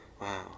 Wow